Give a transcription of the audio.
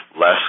less